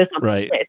Right